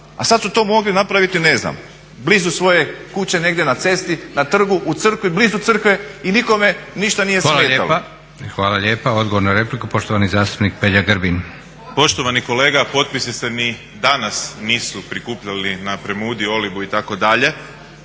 A sad su to mogli napraviti ne znam blizu svoje kuće negdje na cesti, na trgu, u crkvi, blizu crkve i nikome ništa nije smetalo. **Leko, Josip (SDP)** Hvala lijepa. Odgovor na repliku, poštovani zastupnik Peđa Grbin. **Grbin, Peđa (SDP)** Poštovani kolega, potpisi se ni danas nisu prikupljali na Premudi, Olibu itd.